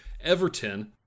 Everton